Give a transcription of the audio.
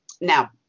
Now